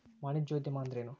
ವಾಣಿಜ್ಯೊದ್ಯಮಾ ಅಂದ್ರೇನು?